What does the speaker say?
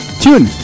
Tune